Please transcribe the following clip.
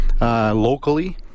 locally